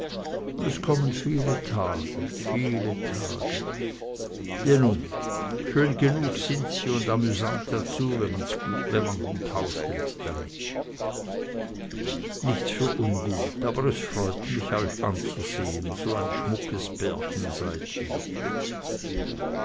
und es kommen viele tage viele tage je nun schön genug sind sie und amüsant dazu wenn man gut haushält damit nichts für ungut aber es freut mich euch anzusehen so ein schmuckes pärchen seid ihr